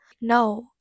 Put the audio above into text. No